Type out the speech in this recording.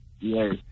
yes